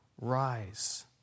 rise